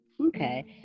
Okay